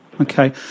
Okay